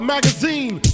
Magazine